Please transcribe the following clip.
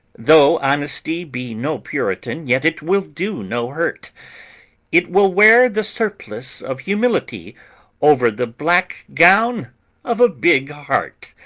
though honesty be no puritan, yet it will do no hurt it will wear the surplice of humility over the black gown of a big heart.